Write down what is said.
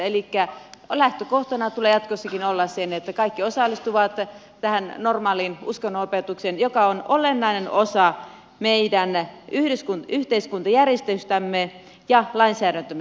elikkä lähtökohtana tulee jatkossakin olla se että kaikki osallistuvat tähän normaaliin uskonnonopetukseen joka on olennainen osa meidän yhteiskuntajärjestystämme ja lainsäädäntömme